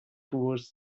toward